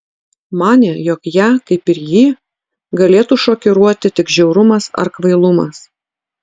manė jog ją kaip ir jį galėtų šokiruoti tik žiaurumas ar kvailumas